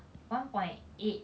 one point eight